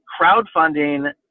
crowdfunding